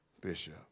bishop